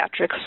Pediatrics